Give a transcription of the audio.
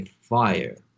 fire